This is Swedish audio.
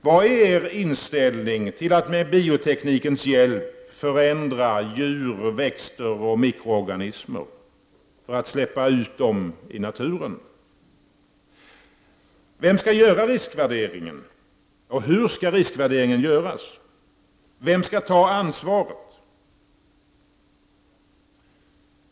Vad är er inställning till att med bioteknikens hjälp förändra djur, växter och mikroorganismer och att släppa ut dem i naturen? Vem skall göra riskvärderingen, och hur skall den genomföras? Vem skall ta ansvaret?